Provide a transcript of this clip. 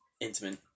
Intimate